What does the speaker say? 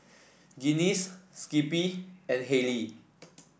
Guinness Skippy and Haylee